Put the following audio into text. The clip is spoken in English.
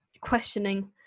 questioning